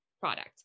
product